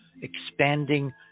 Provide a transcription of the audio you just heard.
expanding